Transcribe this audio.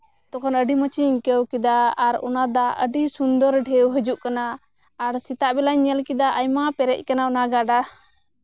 ᱛᱚᱠᱷᱚᱱ ᱟᱹᱰᱤ ᱢᱚᱸᱡᱤᱧ ᱟᱹᱭᱠᱟᱹᱣ ᱠᱮᱫᱟ ᱟᱨ ᱚᱱᱟ ᱫᱟᱜ ᱟᱹᱰᱤ ᱥᱩᱱᱫᱚᱨ ᱰᱷᱮᱣ ᱦᱤᱡᱩᱜ ᱠᱟᱱᱟ ᱟᱨ ᱥᱮᱛᱟᱜ ᱵᱮᱞᱟᱧ ᱧᱮᱞ ᱠᱮᱫᱟ ᱟᱭᱢᱟ ᱯᱮᱨᱮᱡ ᱟᱠᱟᱱᱟ ᱚᱱᱟ ᱜᱟᱰᱟ